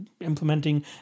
implementing